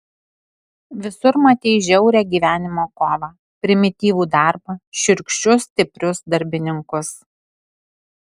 visur matei žiaurią gyvenimo kovą primityvų darbą šiurkščius stiprius darbininkus